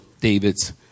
David's